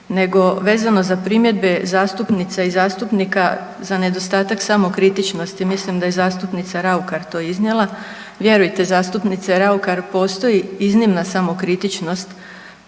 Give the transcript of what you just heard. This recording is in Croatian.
nego vezano za primjedbe zastupnica i zastupnika za nedostatak samokritičnosti, mislim da je zastupnica Raukar to iznijela. Vjerujte zastupnice Raukar postoji iznimna samokritičnost